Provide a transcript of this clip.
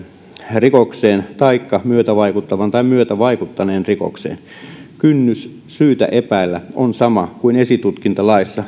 rikokseen taikka myötävaikuttavan tai myötävaikuttaneen rikokseen kynnys syytä epäillä on sama kuin esitutkintalaissa